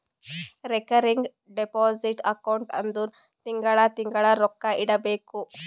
recurring deposit account ಅಂದುರ್ ತಿಂಗಳಾ ತಿಂಗಳಾ ರೊಕ್ಕಾ ಇಡಬೇಕು